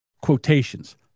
Quotations